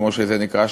כמו שזה נקרא,